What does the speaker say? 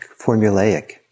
formulaic